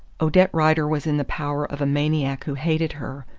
odette rider was in the power of a maniac who hated her,